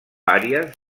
àries